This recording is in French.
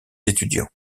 étudiants